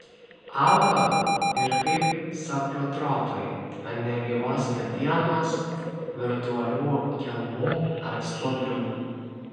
auga ir kaip saprotrofai ant negyvos medienos virtuolių kelmų ar stuobrių